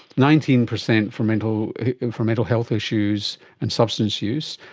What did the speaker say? nineteen percent for mental and for mental health issues and substance use,